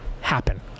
happen